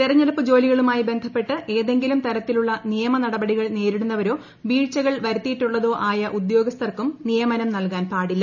തെരഞ്ഞെടുപ്പ് ജോലികളുമായി ബന്ധപ്പെട്ട് ഏതെങ്കിലും തരത്തിലുള്ള നിയമനടപടികൾ നേരിടുന്നവരോ വീഴ്ചകൾ വരുത്തിയിട്ടുള്ളതോ ആയ ഉദ്യോസ്ഥർക്കും നിയമനം നൽകാൻ പാടില്ല